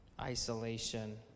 isolation